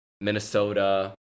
Minnesota